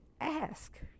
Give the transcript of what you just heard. ask